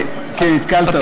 התקלת אותי.